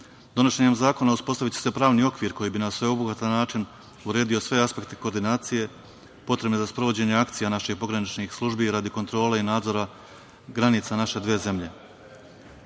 migranata. Donošenjem zakona uspostaviće se pravni okvir koji bi na sveobuhvatan način uredio sve aspekte koordinacije potrebne za sprovođenje akcija naših pograničnih službi radi kontrole i nadzora granica naše dve zemlje. Suština